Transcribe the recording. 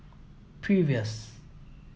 previous